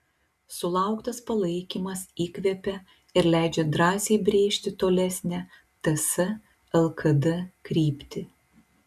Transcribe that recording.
sulauktas palaikymas įkvepia ir leidžia drąsiai brėžti tolesnę ts lkd kryptį